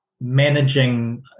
managing